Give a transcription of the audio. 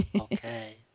Okay